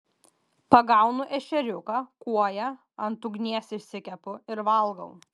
pagaunu ešeriuką kuoją ant ugnies išsikepu ir valgau